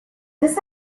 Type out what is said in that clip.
this